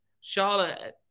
Charlotte